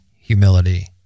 humility